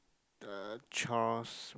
the chores